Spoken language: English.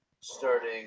starting